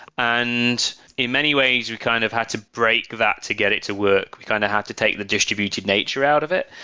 and in many ways we kind of had to break that to get it to work. we kind of have to take the distributed nature out of it.